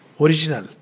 Original